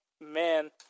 man